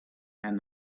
and